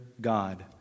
God